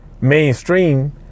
mainstream